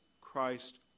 Christ